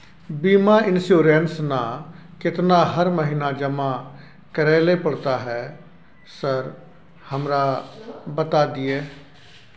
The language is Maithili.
बीमा इन्सुरेंस ना केतना हर महीना जमा करैले पड़ता है सर हमरा बता दिय?